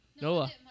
Nola